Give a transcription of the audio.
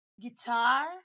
guitar